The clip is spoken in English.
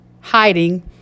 hiding